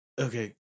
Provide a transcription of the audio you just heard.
Okay